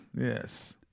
Yes